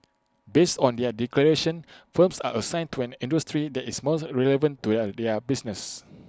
based on their declarations firms are assigned to an industry that is most relevant to their business